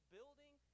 Building